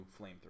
flamethrower